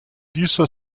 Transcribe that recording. dieser